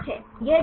छात्र 2 by 5